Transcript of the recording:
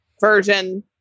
version